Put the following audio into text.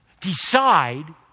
decide